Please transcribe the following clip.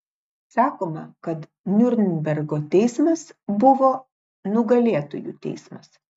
sakoma kad niurnbergo teismas buvo nugalėtojų teismas